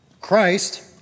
Christ